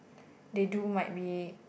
they do might be